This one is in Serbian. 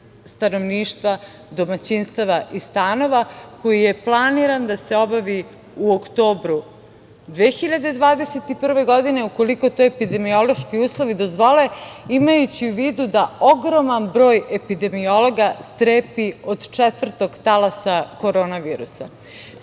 stanovništva, domaćinstava i stanova koji je planiran da se obavi u oktobru 2021. godine, ukoliko to epidemiološki uslovi dozvole, imajući u vidu da ogroman broj epidemiologa strepi od četvrtog talasa korona virusa.S